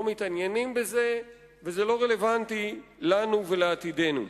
לא מתעניינים בזה, זה לא רלוונטי לנו ולעתידנו.